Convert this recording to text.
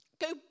go